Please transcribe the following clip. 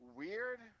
weird